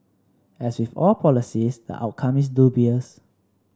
as with all policies the outcome is dubious